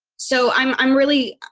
so i'm, i'm really,